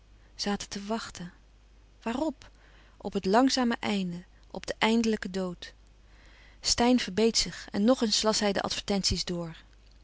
zaten te wachten waarop op het langzame einde op den eindelijken dood steyn verbeet zich en nog eens las hij de advertenties door